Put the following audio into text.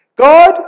God